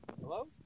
Hello